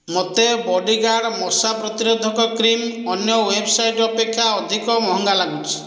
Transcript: ମୋତେ ବଡିଗାର୍ଡ ମଶା ପ୍ରତିରୋଧକ କ୍ରିମ୍ ଅନ୍ୟ ୱେବ୍ସାଇଟ୍ ଅପେକ୍ଷା ଅଧିକ ମହଙ୍ଗା ଲାଗୁଛି